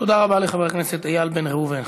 תודה רבה לחבר הכנסת איל בן ראובן.